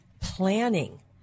planning